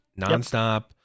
nonstop